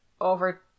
over